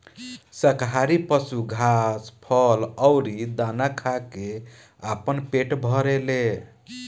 शाकाहारी पशु घास, फल अउरी दाना खा के आपन पेट भरेले